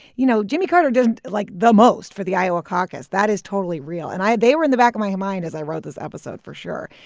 you know, jimmy carter does, like, the most for the iowa caucus. that is totally real. and i they were in the back of my mind as i wrote this episode, for sure.